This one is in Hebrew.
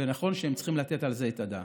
ונכון שהם צריכים לתת על זה את הדעת.